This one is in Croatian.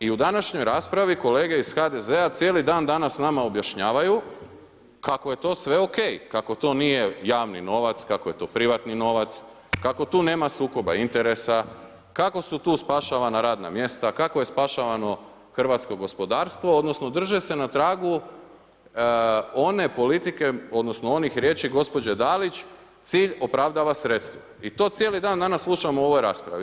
I u današnjoj raspravi kolege iz HDZ-a cijeli dan danas nama objašnjavaju kako je to sve ok, kako to nije javni novac, kako je to privatni novac, kako tu nema sukoba interesa, kako su tu spašavana radna mjesta, kako je spašavano hrvatsko gospodarstvo odnosno drže se na tragu one politike odnosno onih riječi gospođe DAlić, cilj opravdava sredstvo i to cijeli dan danas slušamo u ovoj raspravi.